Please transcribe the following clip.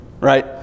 right